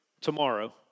tomorrow